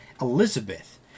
Elizabeth